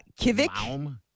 Kivik